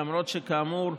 למרות שכאמור,